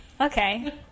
Okay